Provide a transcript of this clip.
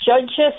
judges